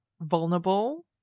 vulnerable